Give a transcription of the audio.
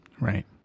Right